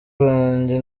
banjye